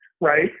right